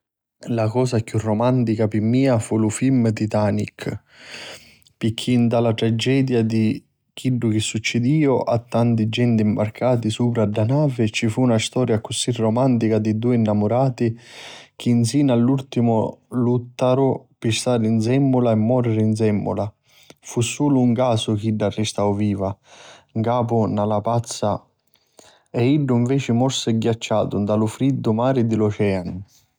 La cosa chiù rumantica pi mia fu lu filmi Titanicchi pirchì nta la trageria chi succidiu a tanti genti mbarcati supra dda navi ci fu na storia accussì rumantica tra dui nnamurati chi nsina a l'urtimu luttaru pi stari nsemmula e mòriri nsemmula. Fu sulu un casu chi idda arristau viva 'n capu na lapazza e iddu nveci morsi ghiacciatu nta lu friddu mari di l'oceanu.